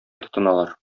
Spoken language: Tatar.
тотыналар